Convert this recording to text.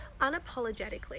unapologetically